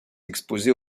exposée